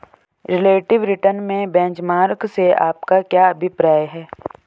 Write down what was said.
Relative return में benchmark से आपका क्या अभिप्राय है?